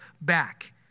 back